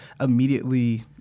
immediately